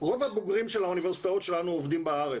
רוב הבוגרים של האוניברסיטאות שלנו עובדים בארץ.